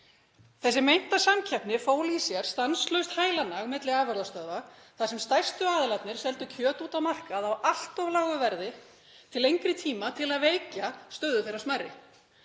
Þessi meinta samkeppni fól í sér stanslaust hælanag milli afurðastöðva þar sem stærstu aðilarnir seldu kjöt út á markað á allt of lágu verði til lengri tíma til að veikja stöðu þeirra smærri,